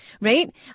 right